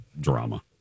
drama